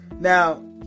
Now